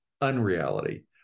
unreality